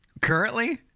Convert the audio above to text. currently